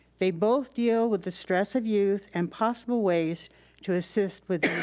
they both deal with the stress of youth and possible ways to assist with